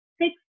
six